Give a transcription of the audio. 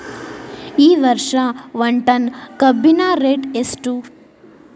ಈ ವರ್ಷ ಒಂದ್ ಟನ್ ಕಬ್ಬಿನ ರೇಟ್ ಎಷ್ಟು?